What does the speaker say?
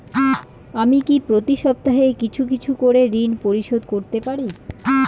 আমি কি প্রতি সপ্তাহে কিছু কিছু করে ঋন পরিশোধ করতে পারি?